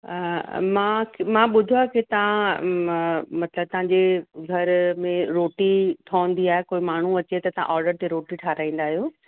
मां मां ॿुधो आहे की तव्हां मतिलब तव्हांजे घर में रोटी ठहींदी आहे कोई माण्हूं अचे त तव्हां ऑडर ते रोटी ठहाराईंदा आहियो